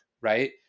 right